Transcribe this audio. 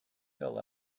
fill